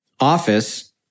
Office